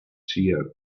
ceo